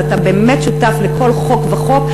אז אתה באמת שותף לכל חוק וחוק,